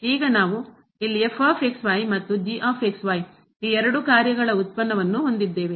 ಈಗ ನಾವು ಇಲ್ಲಿ ಮತ್ತು ಈ ಎರಡು ಕಾರ್ಯಗಳ ಉತ್ಪನ್ನ ವನ್ನು ಹೊಂದಿದ್ದೇವೆ